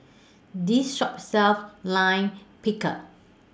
This Shop sells Lime Pickle